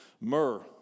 Myrrh